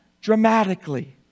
dramatically